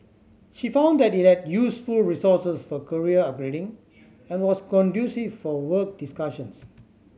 she found that it had useful resources for career upgrading and was conducive for work discussions